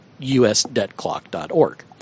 USDebtClock.org